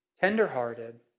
tenderhearted